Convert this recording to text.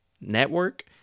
network